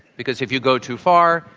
because if you go too far,